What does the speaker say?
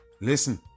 listen